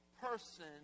person